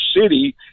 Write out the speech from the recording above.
city